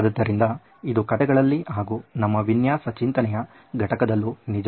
ಆದ್ದರಿಂದ ಇದು ಕಥೆಗಳಲ್ಲಿ ಹಾಗೂ ನಮ್ಮ ವಿನ್ಯಾಸ ಚಿಂತನೆಯ ಘಟಕದಲ್ಲೂ ನಿಜ